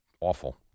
awful